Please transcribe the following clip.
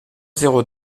zéro